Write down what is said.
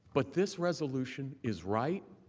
but this resolution is right,